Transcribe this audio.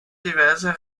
diverser